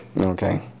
Okay